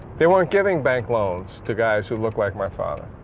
they weren't giving bank loans to guys who looked like my father,